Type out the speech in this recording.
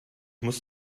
muss